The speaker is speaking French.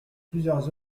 plusieurs